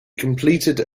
completed